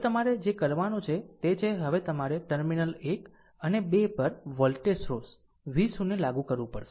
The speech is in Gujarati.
હવે તમારે જે કરવાનું છે તે છે હવે તમારે ટર્મિનલ્સ 1 અને 2 પર વોલ્ટેજ સ્ત્રોત V0 લાગુ કરવું પડશે